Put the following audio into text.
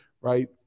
right